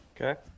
Okay